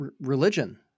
religion